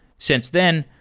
since then,